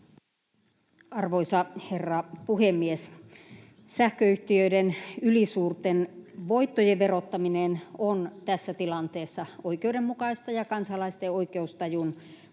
Arvoisa herra puhemies! Sähköyhtiöiden ylisuurten voittojen verottaminen on tässä tilanteessa oikeudenmukaista ja kansalaisten oikeustajun